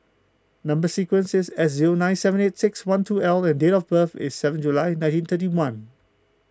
Number Sequence is S zero nine seven eight six one two L and date of birth is seven July nineteen thirty one